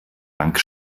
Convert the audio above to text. dank